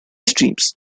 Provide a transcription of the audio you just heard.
streams